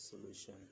solution